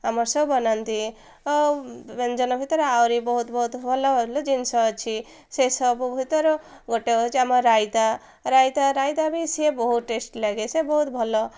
ଆମର ସ ବନାନ୍ତି ଆଉ ବ୍ୟଞ୍ଜନ ଭିତରେ ଆହୁରି ବହୁତ ବହୁତ ଭଲ ଭଲ ଜିନିଷ ଅଛି ସେସବୁ ଭିତରୁ ଗୋଟେ ହେଉଛି ଆମ ରାଇତା ରାଇତା ରାଇତା ବି ସିଏ ବହୁତ ଟେଷ୍ଟି ଲାଗେ ସେ ବହୁତ ଭଲ